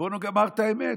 ובואו נאמר את האמת,